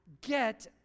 get